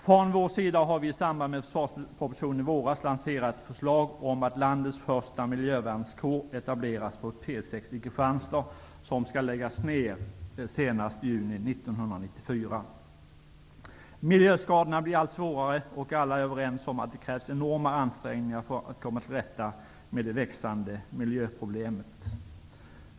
Från vår sida har vi i samband med försvarspropositionen i våras lanserat förslag om att landets första miljövärnskår etableras på P6 i Miljöskadorna blir allt svårare, och alla är överens om att det krävs enorma ansträngningar för att komma till rätta med det växande miljöproblemet.